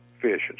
fish